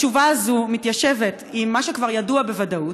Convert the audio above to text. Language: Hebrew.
התשובה הזאת מתיישבת עם מה שכבר ידוע בוודאות?